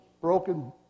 broken